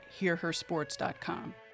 hearhersports.com